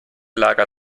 lager